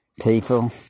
people